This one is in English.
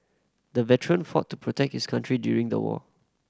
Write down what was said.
the veteran fought to protect his country during the war